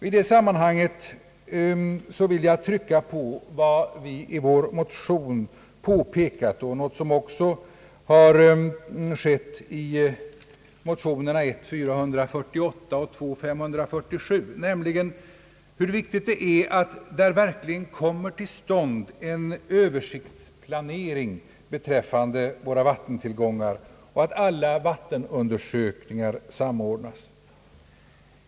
I det sammanhanget vill jag betona vad vi i vår motion påpekat — och som också har berörts i motionerna I: 448 och II: 547 — nämligen hur viktigt det är att det verkligen kommer till stånd en översiktsplanering beträffande våra vattentillgångar och att alla vattenundersökningar samordnas.